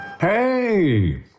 Hey